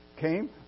came